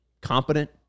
competent